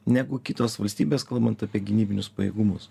negu kitos valstybės kalbant apie gynybinius pajėgumus